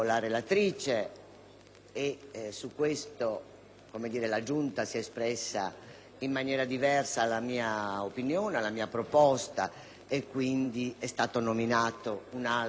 la Giunta si è espressa in maniera diversa rispetto alla mia opinione, alla mia proposta, e quindi è stato nominato un altro relatore, il collega Mazzatorta.